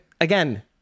again